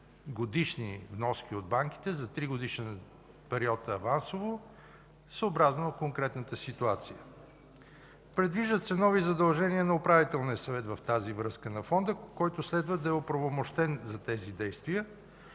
годишни вноски от банките за тригодишен период авансово, съобразно конкретната ситуация. Предвиждат се в тази връзка нови задължения на Управителния съвет на Фонда, който следва да е оправомощен за тези действия.